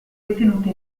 ritenuta